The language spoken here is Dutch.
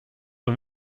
een